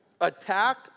attack